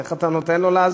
איך אתה נותן לו לעזוב?